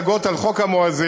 כשהיו לך השגות על חוק המואזין,